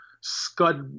scud